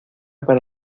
para